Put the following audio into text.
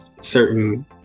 certain